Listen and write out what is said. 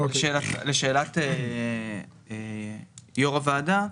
לשאלת יושב-ראש הוועדה,